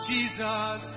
Jesus